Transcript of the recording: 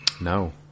No